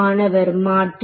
மாணவர் மாற்று